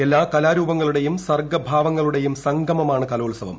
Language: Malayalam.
എല്ലാ കലാരൂപങ്ങളുടെയും സർഗഭാവങ്ങളുടെയും സംഗമമാണ് കലോത്സവം